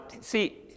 See